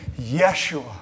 Yeshua